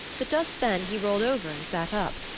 but just then he rolled over and sat up.